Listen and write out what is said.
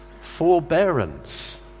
Forbearance